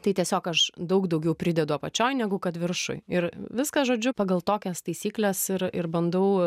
tai tiesiog aš daug daugiau pridedu apačioj negu kad viršuj ir viską žodžiu pagal tokias taisykles ir ir bandau